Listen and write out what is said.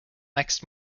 next